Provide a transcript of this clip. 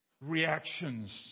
reactions